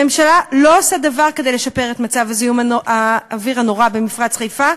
הממשלה לא עושה דבר כדי לשפר את מצב הזיהום הנורא במפרץ חיפה,